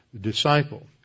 disciple